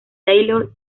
taylor